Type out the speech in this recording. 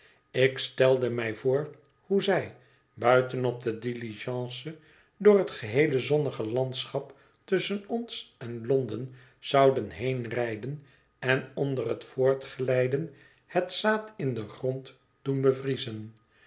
ik stelde mij voor hoe zij buitenop de diligence door het geheele zonnige landschap tusschen ons en londen zouden heen rijden en onder het voortglijden het zaad in den grond doen bevriezen